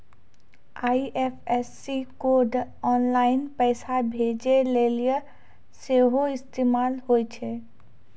IFSC code online पैसा भेजै लेली सेहो इस्तेमाल होय छै